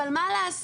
אבל מה לעשות,